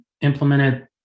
implemented